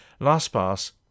LastPass